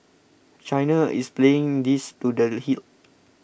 China is playing this to the hilt